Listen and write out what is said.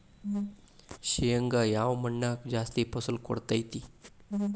ಶೇಂಗಾ ಯಾವ ಮಣ್ಣಾಗ ಜಾಸ್ತಿ ಫಸಲು ಕೊಡುತೈತಿ?